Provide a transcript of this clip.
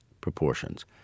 proportions